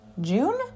June